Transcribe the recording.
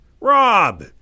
Rob